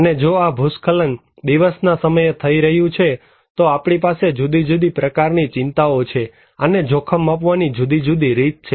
અને જો આ ભૂસ્ખલન દિવસના સમયે થઈ રહ્યું છે તો આપણી પાસે જુદી જુદી પ્રકારની ચિંતાઓ છે અને જોખમ માપવાની જુદી જુદી રીત છે